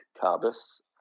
Carbis